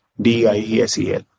D-I-E-S-E-L